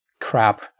crap